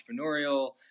entrepreneurial